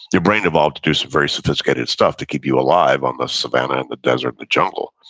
your brain evolved to do some very sophisticated stuff to keep you alive on the savanna in the desert, the jungle.